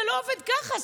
זה לא עובד ככה.